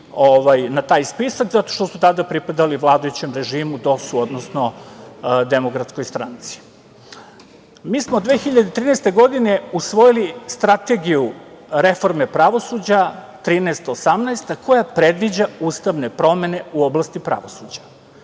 na taj spisak zato što su tada pripadali vladajućem režimu DOS-u, odnosno Demokratskoj stranici. Mi smo 2013. godine usvojili strategiju reforme pravosuđa 13-18, koja predviđa ustavne promene u oblasti pravosuđa.